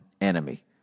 enemy